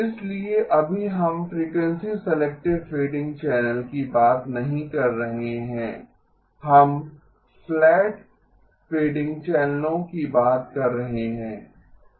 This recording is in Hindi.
इसलिए अभी हम फ़्रीक्वेंसी सेलेक्टिव फ़ेडिंग चैनल्स की बात नहीं कर रहे हैं हम फ़्लैट फ़ेडिंग चैनलों की बात कर रहे हैं